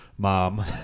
mom